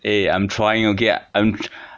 eh I'm trying okay I'm try~